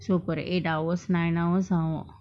so for the eight hours nine hours ஆவு:aavu